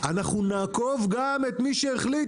אנחנו נעקוף גם את מי שהחליט,